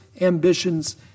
ambitions